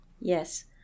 Yes